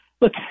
look